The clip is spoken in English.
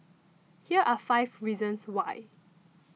here are five reasons why